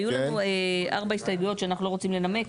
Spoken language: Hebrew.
היו לנו ארבע הסתייגויות שאנחנו לא רוצים לנמק.